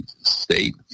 state